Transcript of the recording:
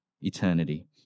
eternity